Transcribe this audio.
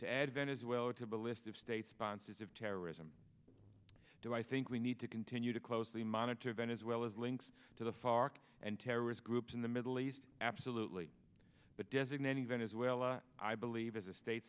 to add venezuela to the list of state sponsors of terrorism do i think we need to continue to closely monitor venezuela's links to the fark and terrorist groups in the middle east absolutely but designating venezuela i believe as a state